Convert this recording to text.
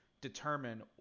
determine